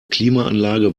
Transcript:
klimaanlage